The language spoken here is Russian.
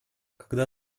когда